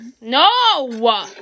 No